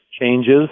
changes